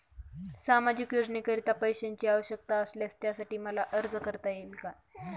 सामाजिक योजनेकरीता पैशांची आवश्यकता असल्यास त्यासाठी मला अर्ज करता येईल का?